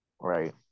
right